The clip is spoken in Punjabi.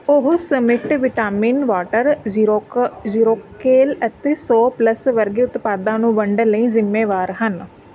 ਉਹ ਸਮਿਟ ਵਿਟਾਮਿਨਵਾਟਰ ਜ਼ੀਰੋਕ ਜ਼ੀਰੋਕੇਲ ਅਤੇ ਸੌ ਪਲੱਸ ਵਰਗੇ ਉਤਪਾਦਾਂ ਨੂੰ ਵੰਡਣ ਲਈ ਜ਼ਿੰਮੇਵਾਰ ਹਨ